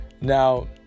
Now